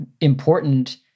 important